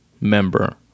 member